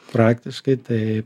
praktiškai tai